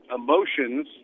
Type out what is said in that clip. emotions